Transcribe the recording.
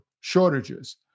shortages